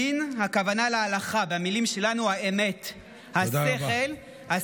הדין, הכוונה להלכה, במילים שלנו, האמת, תודה רבה.